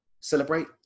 Celebrate